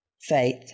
Faith